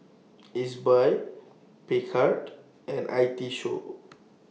Ezbuy Picard and I T Show